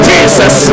Jesus